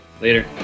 Later